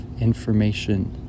information